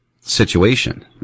situation